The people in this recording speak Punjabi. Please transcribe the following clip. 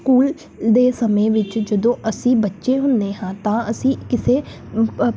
ਸਕੂਲ ਦੇ ਸਮੇਂ ਵਿੱਚ ਜਦੋਂ ਅਸੀਂ ਬੱਚੇ ਹੁੰਦੇ ਹਾਂ ਤਾਂ ਅਸੀਂ ਕਿਸੇ